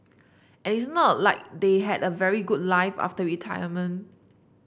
and it's not like they had a very good life after retirement